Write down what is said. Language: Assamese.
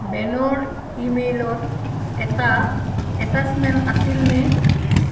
বেনৰ ই মেইলত এটা এটাচ্মেণ্ট আছিল নে